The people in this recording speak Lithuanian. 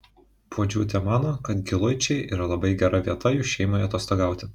puodžiūtė mano kad giluičiai yra labai gera vieta jų šeimai atostogauti